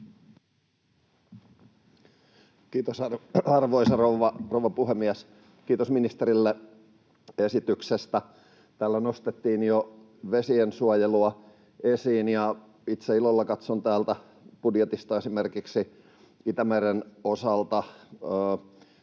Kiitos, arvoisa rouva puhemies! Kiitos ministerille esityksestä. — Täällä nostettiin jo vesiensuojelua esiin, ja itse ilolla katson täältä budjetista, esimerkiksi Itämeren osalta,